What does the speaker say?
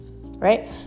right